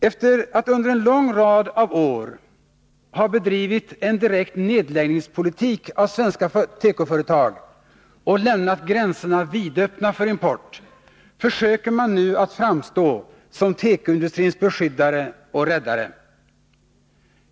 Efter att under en lång rad år ha bedrivit en direkt nedläggningspolitik avseende svenska företag och lämnat gränserna vidöppna för import, försöker man nu att framstå som tekoindustrins beskyddare och räddare.